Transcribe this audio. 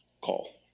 call